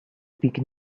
pique